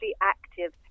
active